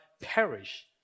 perish